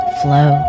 flow